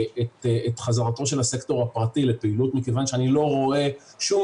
את חזרתו של הסקטור הפרטי לפעילות מכיוון שאני לא רואה שום